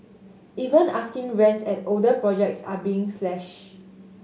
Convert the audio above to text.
even asking rents at older projects are being slashed